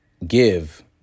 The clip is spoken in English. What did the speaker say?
give